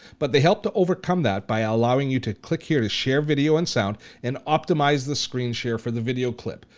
but they help to overcome that by ah allowing you to click here to share video and sound and optimize the screen share for the video clip.